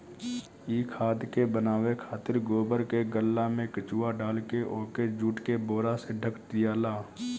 इ खाद के बनावे खातिर गोबर के गल्ला में केचुआ डालके ओके जुट के बोरा से ढक दियाला